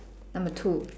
number two